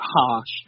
harsh